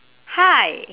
hi